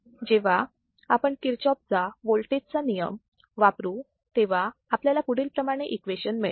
जेव्हा आपण किरचॉफचा वोल्टेज चा नियम Kirchhoff's voltage law वापरू तेव्हा आपल्याला पुढील प्रमाणे इक्वेशन मिळेल